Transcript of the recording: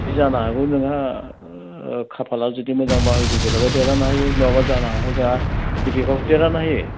बे जानो हाबा जोंहा खाफाला जुदि मोजांबा इउ पि पि एल आबो देरहानो हायो नङाबा जानो हागौ जोंहा बि पि एफ आबो देरहानो हायो